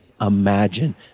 imagine